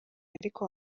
ariko